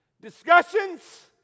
Discussions